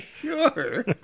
Sure